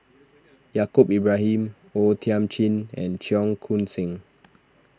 Yaacob Ibrahim O Thiam Chin and Cheong Koon Seng